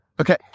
Okay